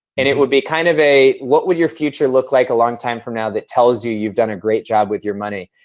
and it would be kind of a, what would your future look like a long time from now that tells you you've done a great job with your money?